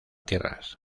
tierras